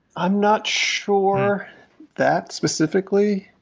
i'm not sure that specifically.